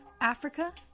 Africa